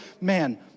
man